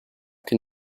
can